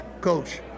Coach